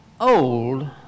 old